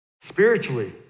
Spiritually